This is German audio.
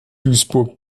duisburg